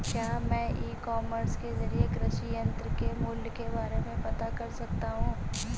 क्या मैं e commerce के ज़रिए कृषि यंत्र के मूल्य के बारे में पता कर सकता हूँ?